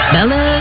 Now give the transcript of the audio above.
Bella